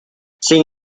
sin